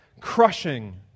crushing